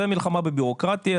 זה מלחמה בבירוקרטיה,